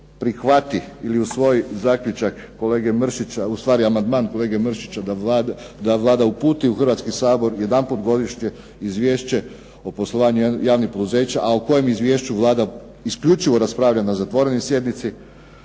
prihvati ili usvoji zaključak kolege Mršića, ustvari amandman kolege Mršića da Vlada uputi u Hrvatski sabor jedanput godišnje izvješće o poslovanju javnih poduzeća, a o kojem izvješću Vlada isključivo raspravlja na zatvorenoj sjednici,